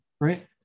Right